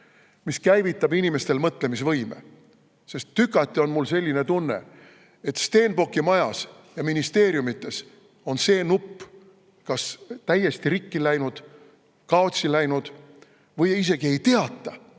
mis käivitab inimestel mõtlemisvõime. Tükati on mul selline tunne, et Stenbocki majas ja ministeeriumides on see nupp kas täiesti rikki läinud, kaotsi läinud või isegi ei teata,